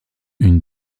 une